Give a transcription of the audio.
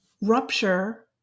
rupture